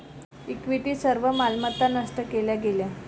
equity सर्व मालमत्ता नष्ट केल्या गेल्या